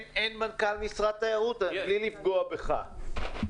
בלי לפגוע בכך.